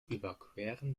überqueren